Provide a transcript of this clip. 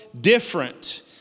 different